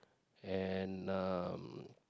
and um